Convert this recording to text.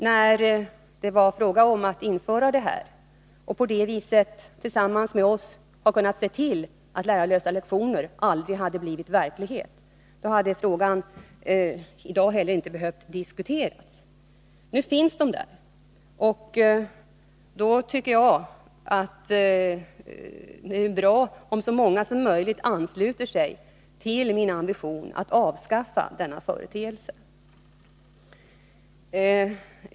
Ni kunde tillsammans med oss socialdemokrater ha sett till att lärarlösa lektioner aldrig hade blivit verklighet. Då hade frågan inte heller behövt diskuteras i dag. Men nu finns de, och då tycker jag att det är bra om så många som möjligt ansluter sig till min ambition att avskaffa denna företeelse.